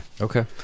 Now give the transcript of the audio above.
okay